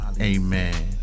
Amen